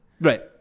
Right